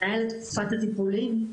תקופת הטיפולים,